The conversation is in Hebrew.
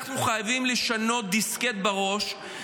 אנחנו חייבים לשנות דיסקט בראש,